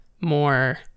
more